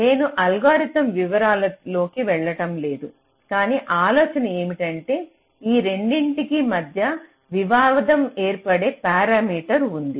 నేను అల్గోరిథం వివరాలతో వెళ్ళడం లేదు కానీ ఆలోచన ఏమంటే ఈ రెండింటి కి మధ్య వివాదం ఏర్పడే పారామీటర్ ఉంది